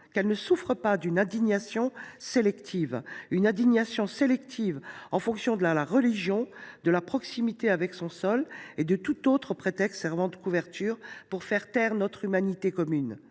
qu’elle ne souffre pas d’une indignation sélective en fonction de la religion, de la proximité géographique ou de tout autre prétexte servant de couverture pour faire taire notre humanité commune.